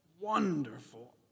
wonderful